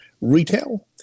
Retail